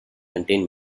contained